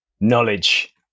knowledge